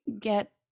get